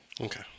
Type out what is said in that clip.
Okay